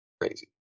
Crazy